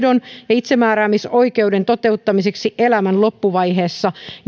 itsemääräämisoikeuden toteuttamiseksi elämän loppuvaiheessa